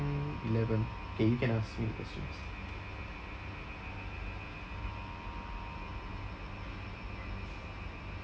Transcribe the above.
eleven K you can ask me the questions